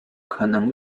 可能